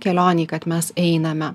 kelionei kad mes einame